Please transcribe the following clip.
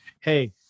hey